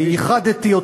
ייחדתי,